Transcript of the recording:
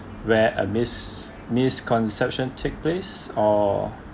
where a mis~ misconception take place or